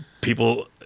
people